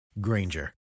granger